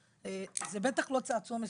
זה בטח לא צעצוע מסוכן.